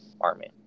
army